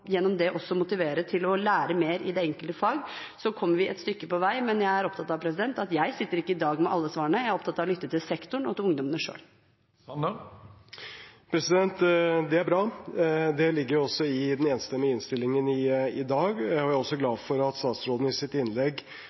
gjennom det også motivere til å lære mer i det enkelte fag – kommer vi et stykke på vei. Men jeg er opptatt av at jeg sitter ikke i dag med alle svarene. Jeg er opptatt av å lytte til sektoren, og til ungdommene selv. Det er bra – det ligger jo også i den enstemmige innstillingen i dag. Jeg er også glad for at statsråden i sitt innlegg